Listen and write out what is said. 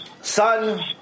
son